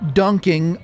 dunking